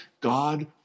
God